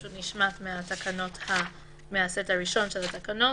זה נשמט מהסט הראשון של התקנות.